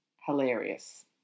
hilarious